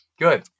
Good